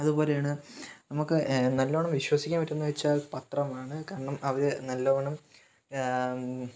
അതുപോലെയാണ് നമുക്ക് നല്ലോണം വിശ്വസിക്കാന് പറ്റുന്നതെന്ന് വെച്ചാല് പത്രമാണ് കാരണം അവർ നല്ലോണം